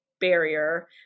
barrier